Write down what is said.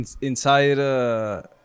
inside